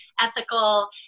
ethical